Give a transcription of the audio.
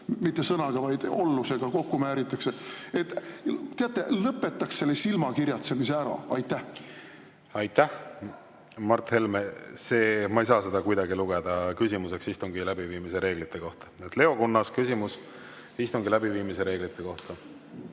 mitte sõnaga, vaid ollusega kokku määritakse. Teate, lõpetaks selle silmakirjatsemine ära! Aitäh! Mart Helme, ma ei saa seda kuidagi lugeda küsimuseks istungi läbiviimise reeglite kohta. Leo Kunnas, küsimus istungi läbiviimise reeglite kohta.